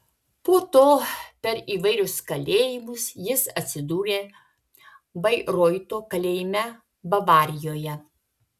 po to per įvairius kalėjimus jis atsidūrė bairoito kalėjime bavarijoje